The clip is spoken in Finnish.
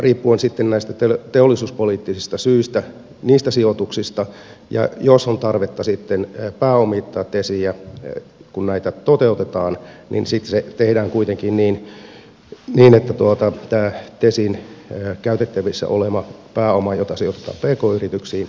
riippuen sitten näistä teollisuuspoliittista syistä niistä sijoituksista jos on tarvetta sitten pääomittaa tesiä kun näitä toteutetaan niin sitten se tehdään kuitenkin niin että tämä tesin käytettävissä oleva pääoma jota sijoitetaan pk yrityksiin ei vaarannu